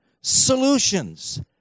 solutions